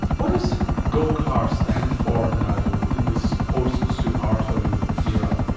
what does golkar stand for now in this post-suharto era?